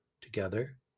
Together